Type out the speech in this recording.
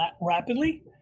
rapidly